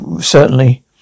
certainly